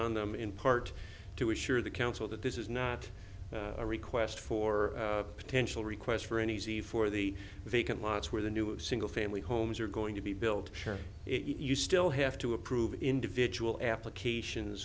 on them in part to assure the council that this is not a request for potential requests for an easy for the vacant lots where the new single family homes are going to be built here if you still have to approve individual applications